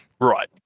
Right